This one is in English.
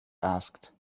asked